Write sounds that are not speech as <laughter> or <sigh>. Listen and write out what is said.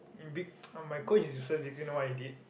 in big <noise> orh my coach is useless did you know what he did